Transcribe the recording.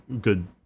good